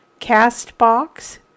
CastBox